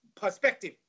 perspective